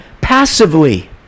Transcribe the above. passively